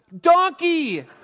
donkey